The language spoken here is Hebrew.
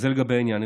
זה לגבי העניין זה.